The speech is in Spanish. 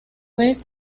vez